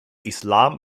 islam